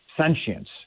sentience